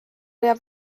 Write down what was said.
jääb